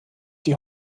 die